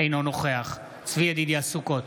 אינו נוכח צבי ידידיה סוכות,